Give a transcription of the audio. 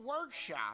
workshop